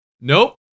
Nope